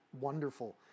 wonderful